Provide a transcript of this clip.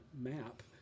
map